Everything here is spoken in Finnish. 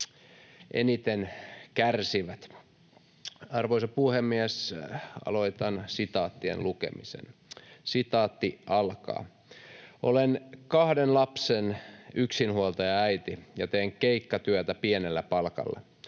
eniten kärsivät. Arvoisa puhemies! Aloitan sitaattien lukemisen: ”Olen kahden lapsen yksinhuoltajaäiti ja teen keikkatyötä pienellä palkalla.